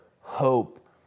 hope